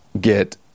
get